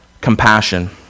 compassion